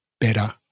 better